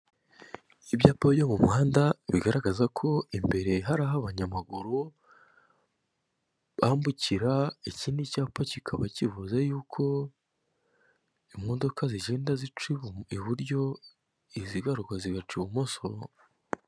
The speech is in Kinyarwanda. Ibyapa byo mu muhanda bigaragaza ko imbere hari abanyamaguru, aho bambukira ikindi cyapa kikaba kivuze yuko imodoka zigenda zica iburyo izigaruka zigaca ibumoso.